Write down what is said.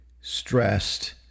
stressed